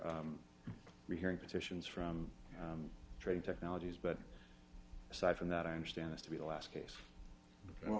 rehearing positions from trading technologies but aside from that i understand this to be the last case